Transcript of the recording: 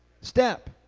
step